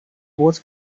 both